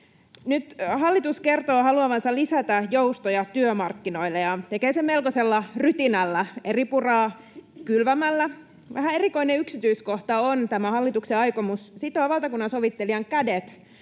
Nyt hallitus kertoo haluavansa lisätä joustoja työmarkkinoille ja tekee sen melkoisella rytinällä, eripuraa kylvämällä. Vähän erikoinen yksityiskohta on tämä hallituksen aikomus sitoa valtakunnansovittelijan kädet